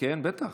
כן, בטח.